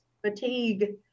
fatigue